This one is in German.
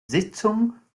sitzung